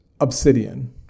Obsidian